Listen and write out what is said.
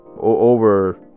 over